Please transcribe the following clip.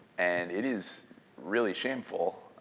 and it is really shameful.